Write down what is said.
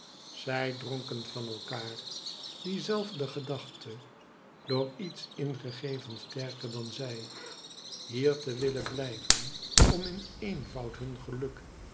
zij dronken van elkaar die zelfde gedachte door iets ingegeven sterker dan zij hier te willen blijven om in eenvoud hun geluk